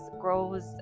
grows